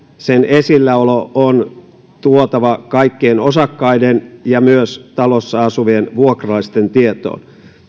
esilläolo on tuotava kaikkien osakkaiden ja myös talossa asuvien vuokralaisten tietoon